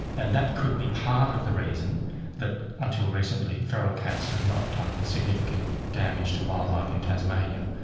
and that could be part of the reason that until recently feral cats have not done significant damage to wildlife in tasmania.